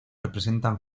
representan